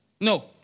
No